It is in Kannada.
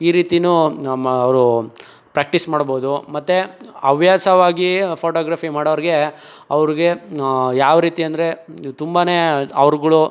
ಈ ರೀತಿ ನಮ್ಮ ಅವರು ಪ್ರ್ಯಾಕ್ಟೀಸ್ ಮಾಡ್ಬೌದು ಮತ್ತು ಹವ್ಯಾಸವಾಗಿ ಫೋಟೋಗ್ರಫಿ ಮಾಡೋರಿಗೆ ಅವ್ರಿಗೆ ಯಾವ ರೀತಿ ಅಂದರೆ ತುಂಬ ಅವ್ರುಗಳು